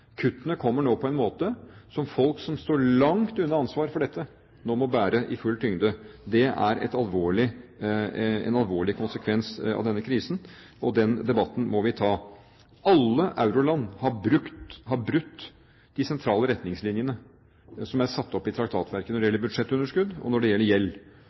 Kuttene kommer nå på en måte hvor folk som står langt unna ansvaret for dette, må bære dette i full tyngde. Det er en alvorlig konsekvens av denne krisen, og den debatten må vi ta. Alle euroland har brutt de sentrale retningslinjene som er satt opp i traktatverkene når det gjelder budsjettunderskudd, og når det gjelder gjeld.